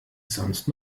sonst